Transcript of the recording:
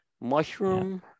Mushroom